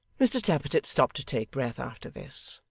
mr tappertit stopped to take breath after this,